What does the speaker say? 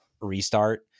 restart